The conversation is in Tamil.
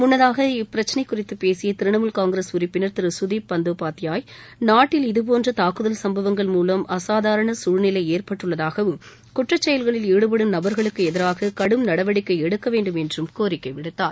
முன்னதாக இப்பிரச்சனை குறித்து பேசிய திரிணாமுல் காங்கிரஸ் உறுப்பினர் திரு குதிப் பந்தோபாத்தியாய் நாட்டில் இது போன்ற தாக்குதல் சம்பவங்கள் மூலம் அசாதாரண கம்நிலை ஏற்பட்டுள்ளதாகவும் குற்றச் செயல்களில் ஈடுபடும் நபர்களுக்கு எதிராக கடும் நடவடிக்கை எடுக்க வேண்டும் என்றும் கோரிக்கை விடுத்தார்